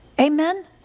Amen